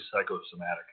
psychosomatic